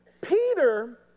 Peter